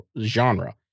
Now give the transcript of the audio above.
genre